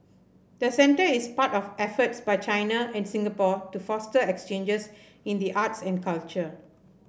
the centre is part of efforts by China and Singapore to foster exchanges in the arts and culture